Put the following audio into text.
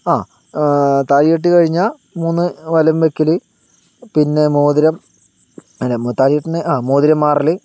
ആ താലികെട്ട് കഴിഞ്ഞ മൂന്ന് വലം വക്കല് പിന്നെ മോതിരം അങ്ങനെ താലിക്കെട്ടണത് മോതിരം മാറൽ